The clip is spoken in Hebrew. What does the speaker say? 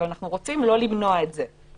אבל אנחנו רוצים לא למנוע את זה.